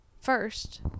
first